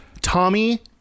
Tommy